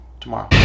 tomorrow